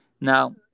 Now